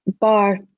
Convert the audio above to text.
bar